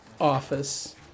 office